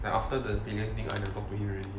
then after the valen I never talk to him already